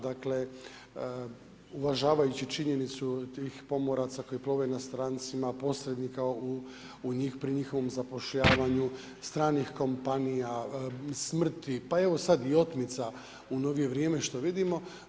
Dakle, uvažavajući činjenicu tih pomoraca koji plove na strancima posrednika pri njihovom zapošljavanju, stranih kompanija, smrti, pa evo sada i otmica u novije vrijeme što vidimo.